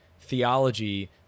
theology